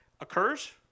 occurs